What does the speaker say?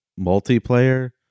multiplayer